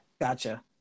Gotcha